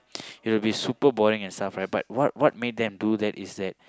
it will be super boring and stuff right but what what made them do that is that